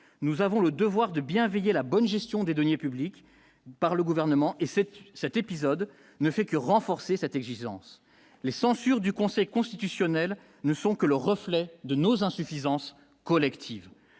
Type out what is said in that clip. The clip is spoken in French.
nous avons le devoir de bien veiller à la bonne gestion des deniers publics par le gouvernement et cet cet épisode ne fait que renforcer cette exigence les censure du Conseil constitutionnel ne sont que le reflet de nos insuffisances collectives,